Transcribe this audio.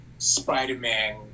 Spider-Man